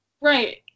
Right